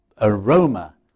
aroma